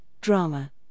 drama